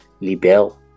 libel